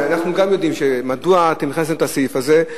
אנחנו גם יודעים מדוע אתם הכנסתם את הסעיף הזה.